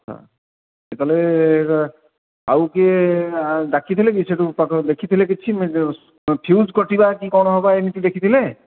ଆଚ୍ଛା ତା'ହେଲେ ଆଉ କିଏ ଡାକିଥିଲେ କି ସେଠୁ ପାଖ ଦେଖିଥିଲେ କି କିଛି ଫ୍ୟୁଜ୍ କଟିବା କି କ'ଣ ହେବା ଏମିତି ଦେଖିଥିଲେ